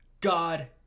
God